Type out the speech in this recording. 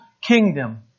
kingdom